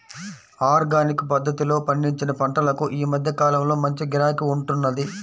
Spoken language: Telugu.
ఆర్గానిక్ పద్ధతిలో పండించిన పంటలకు ఈ మధ్య కాలంలో మంచి గిరాకీ ఉంటున్నది